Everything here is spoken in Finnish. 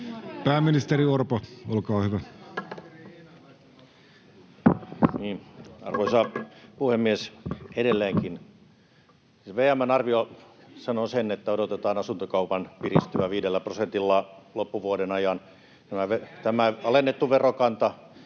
Pääministeri Orpo, olkaa hyvä. Arvoisa puhemies! Edelleenkin VM:n arvio sanoo sen, että odotetaan asuntokaupan piristyvän viidellä prosentilla loppuvuoden ajan. Alennettu verokanta